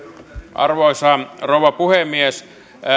arvoisa rouva puhemies